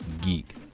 geek